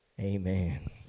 amen